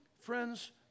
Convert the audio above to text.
friends